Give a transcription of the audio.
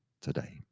today